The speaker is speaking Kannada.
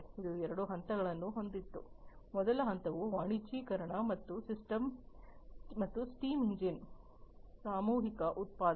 ಇದು ಎರಡು ಹಂತಗಳನ್ನು ಹೊಂದಿತ್ತು ಮೊದಲ ಹಂತವು ವಾಣಿಜ್ಯೀಕರಣ ಮತ್ತು ಸ್ಟೀಮ್ ಎಂಜಿನ್ಗಳ ಸಾಮೂಹಿಕ ಉತ್ಪಾದನೆ